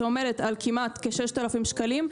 שעומדת על כמעט כ-6,000 שקלים,